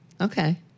Okay